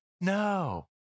no